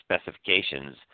specifications